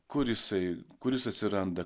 kur jisai kur jis atsiranda